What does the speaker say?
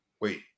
wait